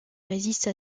résiste